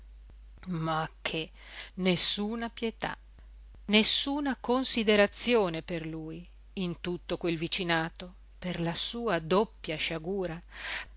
ma che nessuna pietà nessuna considerazione per lui in tutto quel vicinato per la sua doppia sciagura